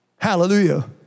Hallelujah